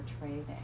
trading